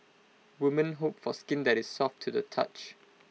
women hope for skin that is soft to the touch